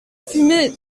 fumée